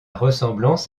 ressemblance